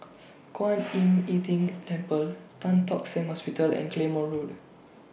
Kwan Im Tng Temple Tan Tock Seng Hosptial and Claymore Road